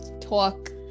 talk